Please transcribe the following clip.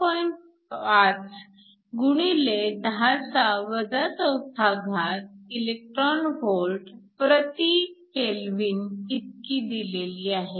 5 x 10 4 ev K 1इतकी दिलेली आहे